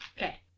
Okay